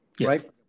right